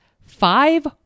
five